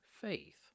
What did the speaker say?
faith